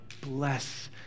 bless